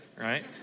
right